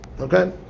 Okay